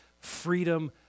freedom